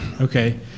Okay